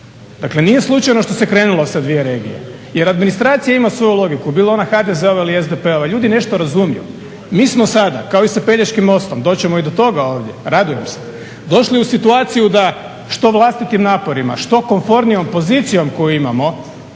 Dakle, nije slučajno što se krenulo sa dvije regije jer administracija ima svoju logiku, bila ona HDZ-ova ili SDP-ova, ljudi nešto razumiju. Mi smo sada kao i sa Pelješkim mostom, doći ćemo i do toga ovdje, radujem se, došli u situaciju da što vlastitim naporima što komfornijom pozicijom koju imamo